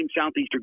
Southeastern